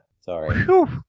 Sorry